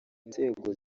inzego